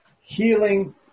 healing